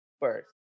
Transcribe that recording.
first